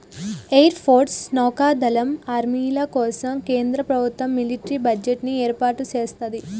air force, నౌకా దళం, ఆర్మీల కోసం కేంద్ర ప్రభుత్వం మిలిటరీ బడ్జెట్ ని ఏర్పాటు సేత్తది